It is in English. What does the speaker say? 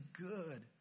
good